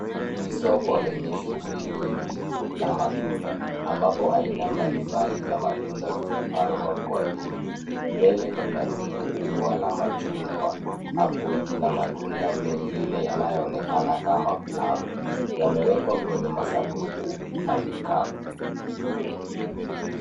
Ni soko lenye shughuli nyingi la matunda ambapo aina mbalimbali za matunda zimepangwa kwa wingi. Mbele kuna rundo kubwa la machungwa apples na matunda mengine yanayoonekana kama plum yamewekwa kwenye masanduku na vikapu.